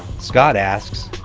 scott asks,